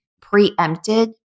preempted